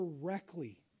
correctly